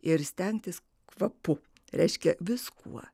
ir stengtis kvapu reiškia viskuo